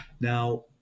Now